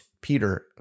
Peter